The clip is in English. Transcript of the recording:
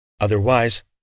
otherwise